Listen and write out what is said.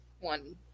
one